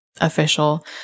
official